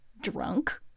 drunk